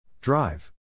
Drive